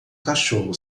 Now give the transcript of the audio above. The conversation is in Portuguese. cachorro